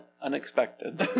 Unexpected